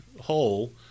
hole